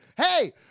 hey